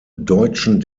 deutschen